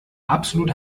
absolut